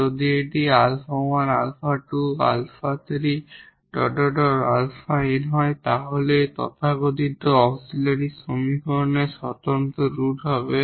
এবং যদি এটি 𝛼1 𝛼2 𝛼3 𝛼𝑛 হয় তাহলে এটি তথাকথিত অক্সিলিয়ারি সমীকরণের ডিস্টিংক্ট রুট হবে